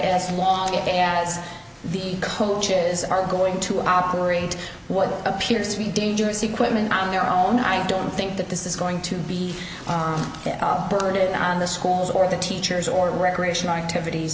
as long as the coaches are going to operate what appears to be dangerous equipment on their own i don't think that this is going to be burden on the schools or the teachers or the recreational activities